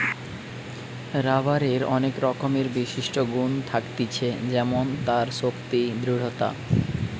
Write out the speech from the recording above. রাবারের অনেক রকমের বিশিষ্ট গুন থাকতিছে যেমন তার শক্তি, দৃঢ়তা